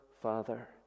father